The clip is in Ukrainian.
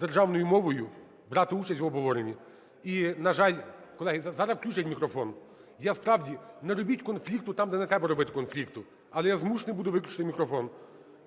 державною мовою брати участь в обговоренні. І, на жаль, колеги, зараз включать мікрофон, справді, не робіть конфлікту там, де не треба робити конфлікту, але я змушений буду виключити мікрофон.